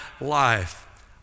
life